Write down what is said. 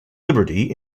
liberty